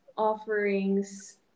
offerings